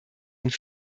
und